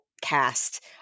cast